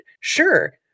Sure